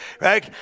right